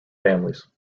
families